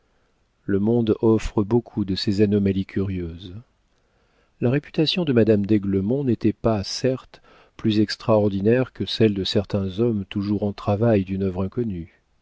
le monde offre beaucoup de ces anomalies curieuses la réputation de madame d'aiglemont n'était pas certes plus extraordinaire que celle de certains hommes toujours en travail d'une œuvre inconnue